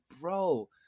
bro